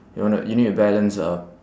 you wanna you need to balance a